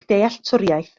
dealltwriaeth